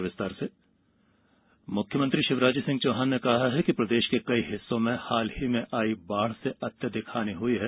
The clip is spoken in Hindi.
बाढ सहायता मुख्यमंत्री शिवराज सिंह चौहान ने कहा है कि प्रदेश के कई हिस्सों में हाल ही में आई बाढ़ से अत्यधिक हानि हुई है